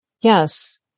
Yes